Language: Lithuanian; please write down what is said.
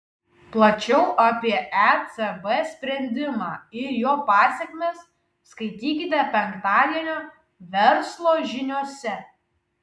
plačiau apie ecb sprendimą ir jo pasekmes skaitykite penktadienio verslo žiniose